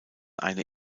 eine